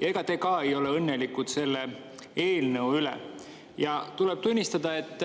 ega te ka ei ole õnnelik selle eelnõu üle. Tuleb tunnistada, et